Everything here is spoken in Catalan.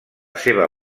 seva